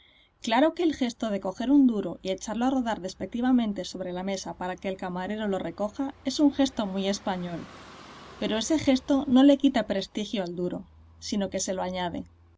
claro que el gesto de coger un duro y echarlo a rodar despectivamente sobre la mesa para que el camarero lo recoja es un gesto muy español pero ese gesto no le quita prestigio al duro sino que se lo añade